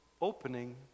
opening